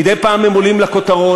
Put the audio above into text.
מדי פעם הם עולים לכותרות.